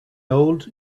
old